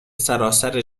سراسر